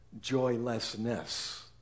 joylessness